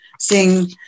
seeing